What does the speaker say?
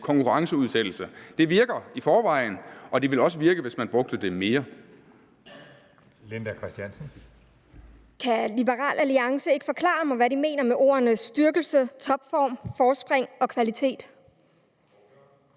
konkurrenceudsættelse. Det virker i forvejen, og det ville også virke, hvis man brugte det mere.